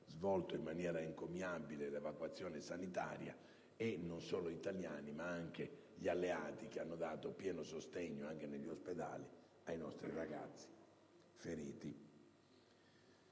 in maniera encomiabile, l'evacuazione sanitaria, e mi riferisco non solo agli italiani, ma anche agli alleati, che hanno dato pieno sostegno, anche negli ospedali, ai nostri ragazzi feriti.